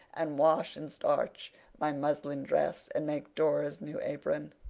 and wash and starch my muslin dress, and make dora's new apron.